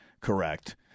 correct